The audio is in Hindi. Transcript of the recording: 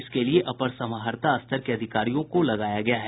इसके लिए अपर समाहर्ता स्तर के अधिकारियों को लगाया गया है